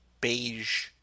beige